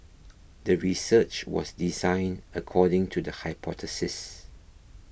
the research was designed according to the hypothesis